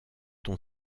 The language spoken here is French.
ton